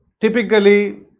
typically